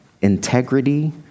integrity